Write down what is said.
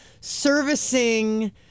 servicing